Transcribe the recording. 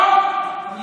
שתוק, שתוק.